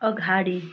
अगाडि